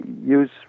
use